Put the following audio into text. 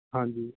ਹਾਂਜੀ